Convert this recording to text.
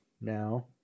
Now